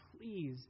Please